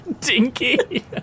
Dinky